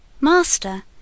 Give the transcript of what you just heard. Master